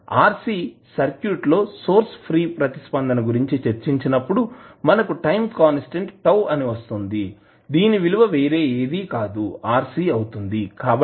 RC circuit లో source free ప్రతిస్పందన గురించి చర్చించినప్పుడు మనకు టైం కాన్స్టాంట్ వస్తుంది దీని విలువ వేరే ఏది కాదు RC అవుతుంది కాబట్టి